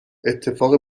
اتفاق